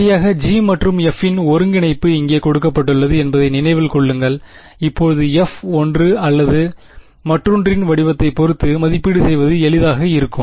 சரியாக G மற்றும் F இன் ஒருங்கிணைப்பு இங்கே கொடுக்கப்பட்டுள்ளது என்பதை நினைவில் கொள்ளுங்கள் இப்போது F ஒன்று அல்லது மற்றொன்றின் வடிவத்தைப் பொறுத்து மதிப்பீடு செய்வது எளிதாக இருக்கும்